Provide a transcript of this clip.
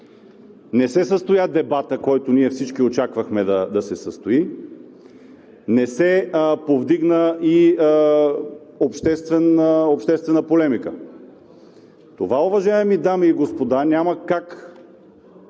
Не се състоя дебатът, който ние всички очаквахме да се състои, не се повдигна и обществена полемика. Това, уважаеми дами и господа, няма как